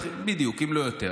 בדיוק, אם לא יותר.